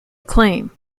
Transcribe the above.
acclaim